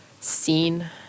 scene